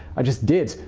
i just did.